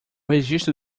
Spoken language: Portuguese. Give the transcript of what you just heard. registro